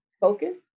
focus